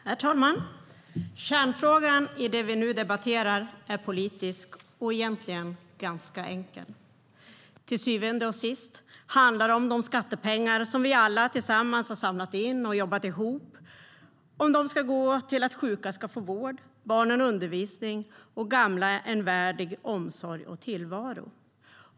Herr talman! Kärnfrågan i det vi nu debatterar är politisk och egentligen ganska enkel. Till syvende och sist handlar den om de skattepengar som vi alla tillsammans har samlat in och jobbat ihop för att sjuka ska få vård, barn undervisning och gamla en värdig omsorg och tillvaro.